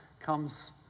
comes